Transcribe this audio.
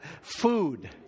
Food